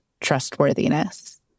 trustworthiness